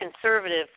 conservative